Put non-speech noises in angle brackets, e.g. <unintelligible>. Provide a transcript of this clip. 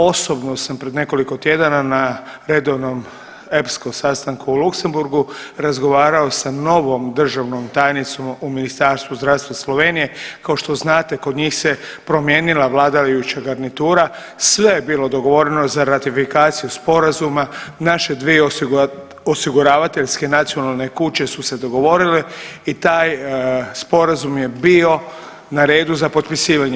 Osobno sam pred nekoliko tjedana na redovnom … <unintelligible> sastanku u Luxembourgu razgovarao sa novom državnom tajnicom u Ministarstvu zdravstva Slovenije kao što znate kod njih se promijenila vladajuća garnitura sve je bilo dogovoreno za ratifikaciju sporazuma naše dvije osiguravateljske nacionalne kuće su se dogovorile i taj sporazum je bio na redu za potpisivanje.